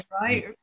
right